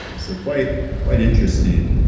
you know so quite quite interesting.